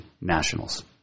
Nationals